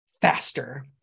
faster